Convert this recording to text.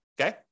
okay